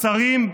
שרים?